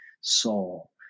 soul